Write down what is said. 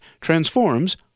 Transforms